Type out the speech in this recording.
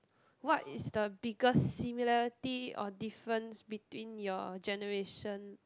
what is the biggest similarity or difference between your generation